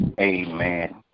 Amen